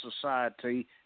society